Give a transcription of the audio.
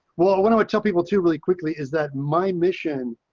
well, what i would tell people to really quickly. is that my mission.